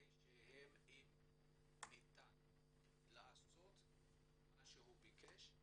אם ניתן לעשות מה שהוא ביקש,